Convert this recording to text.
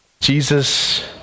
jesus